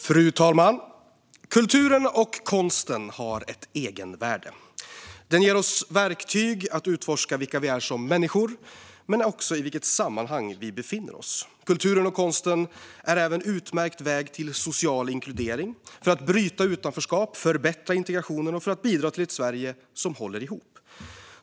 Fru talman! Kulturen och konsten har ett egenvärde. Den ger oss verktyg att utforska vilka vi är som människor men också i vilket sammanhang vi befinner oss. Kulturen och konsten är även en utmärkt väg till social inkludering, för att bryta utanförskap och förbättra integrationen och för att bidra till ett Sverige som håller ihop.